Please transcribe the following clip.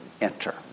enter